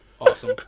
Awesome